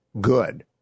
good